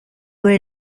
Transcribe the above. many